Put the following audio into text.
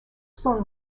son